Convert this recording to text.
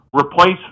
replace